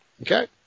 okay